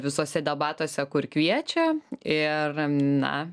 visuose debatuose kur kviečia ir na